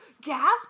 Gasp